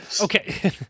okay